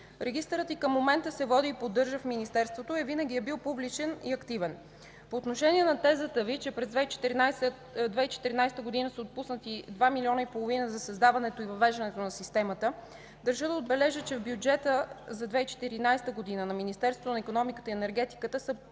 Регистърът и към момента се води и поддържа в Министерството и винаги е бил публичен и активен. По отношение на тезата Ви, че през 2014 г. са отпуснати 2,5 млн. лв. за създаването и въвеждането на системата, държа да отбележа, че в бюджета на Министерството на икономиката и енергетиката за 2014 г.